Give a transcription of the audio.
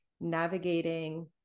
navigating